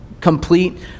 complete